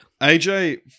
aj